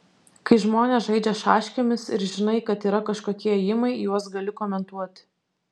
kai žmonės žaidžia šaškėmis ir žinai kad yra kažkokie ėjimai juos gali komentuoti